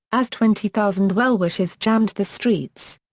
as twenty thousand well-wishers jammed the streets.